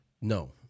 No